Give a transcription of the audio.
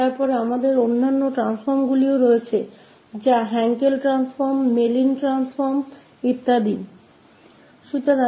फिर हमारे पास अन्य परिवर्तन भी हैं Hankel Hankel transform Mellin Mellin transform वगैरह